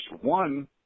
one